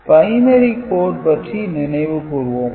binary code பற்றி நினைவு கூர்வோம்